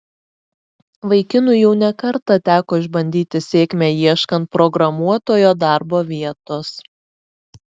vaikinui jau ne kartą teko išbandyti sėkmę ieškant programuotojo darbo vietos